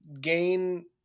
gain